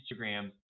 Instagram